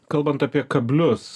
kalbant apie kablius